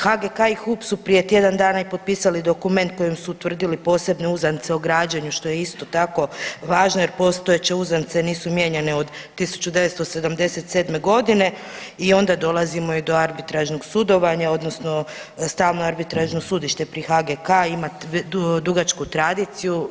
HGK-a i HUP su prije tjedan dana i potpisali dokument kojim su utvrdili posebne uzance o građenju što je isto tako važno jer postojeće uzance nisu mijenjane od 1977. godine i onda dolazimo i do arbitražnog sudovanja odnosno Stalno arbitražno sudište pri HGK-e ima dugačku tradiciju.